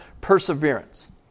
perseverance